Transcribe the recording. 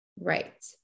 Right